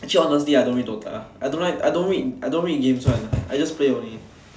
actually honestly I don't read DOTA I don't read I don't read games one I just play only